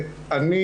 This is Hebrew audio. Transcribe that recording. מקום?